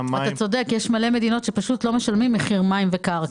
יש המון מדינות שבהן לא משלמים מחיר מים וקרקע.